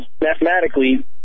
mathematically